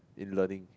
in learning